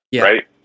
right